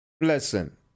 Listen